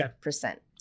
percent